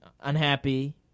unhappy